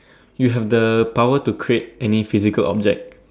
you have the power to create any physical object